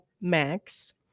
Max